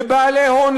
לבעלי הון,